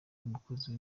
umukozi